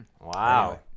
Wow